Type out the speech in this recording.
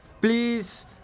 please